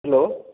hello